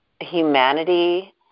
humanity